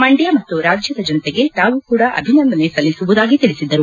ಮಂಡ್ದ ಮತ್ತು ರಾಜ್ಯದ ಜನತೆಗೆ ತಾವು ಕೂಡ ಅಭಿನಂದನೆ ಸಲ್ಲಿಸುವುದಾಗಿ ತಿಳಿಸಿದರು